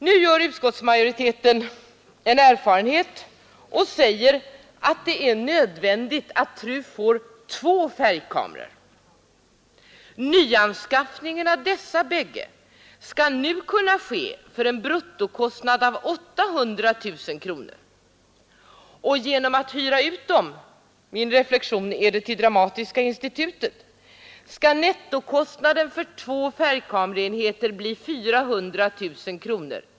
Nu har utskottsmajoriteten ”erfarit” att det är nödvändigt att TRU får två färgkameror. Nyanskaffningen av dessa bägge skall kunna ske för en bruttokostnad av 800 000 kronor. Genom att hyra ut dem — min reflexion: är det till Dramatiska institutet? — blir nettokostnaden för två färgkameraenheter 400 000 kronor.